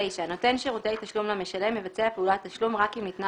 פי הוראת תשלום 9. נותן שירותי תשלום למשלם יבצע פעולת תשלום רק אם ניתנה